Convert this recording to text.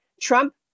Trump